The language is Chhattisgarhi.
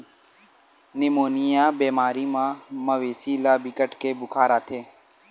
निमोनिया बेमारी म मवेशी ल बिकट के बुखार आथे